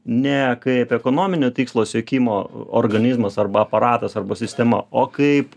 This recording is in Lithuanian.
ne kaip ekonominio tikslo siekimo organizmas arba aparatas arba sistema o kaip